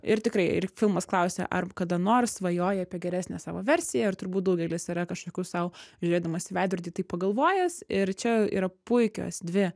ir tikrai ir filmas klausia ar kada nors svajojai apie geresnę savo versiją ir turbūt daugelis yra kažkokių sau žiūrėdamas į veidrodį tai pagalvojęs ir čia yra puikios dvi